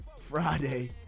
Friday